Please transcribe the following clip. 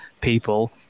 people